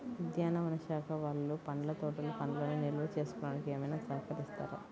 ఉద్యానవన శాఖ వాళ్ళు పండ్ల తోటలు పండ్లను నిల్వ చేసుకోవడానికి ఏమైనా సహకరిస్తారా?